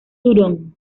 sutton